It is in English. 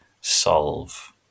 solve